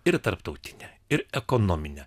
ir tarptautinę ir ekonominę